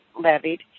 levied